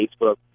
Facebook